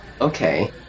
Okay